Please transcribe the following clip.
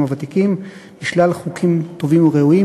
הוותיקים בשלל חוקים טובים וראויים.